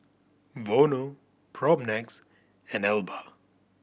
Vono Propnex and Alba